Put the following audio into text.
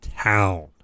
town